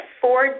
four